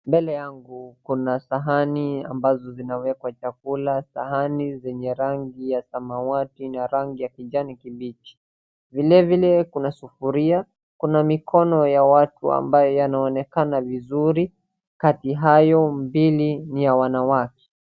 Mbele yangu kuna sahani ambazo zinawekwa chakula, sahani zenye rangi ya samawati na rangi ya kijani kibichi, vilevile kuna sufuria, kuna mikono ya watu ambayo yanaonekana vizuri, kati hayo mbili ni ya wanawake.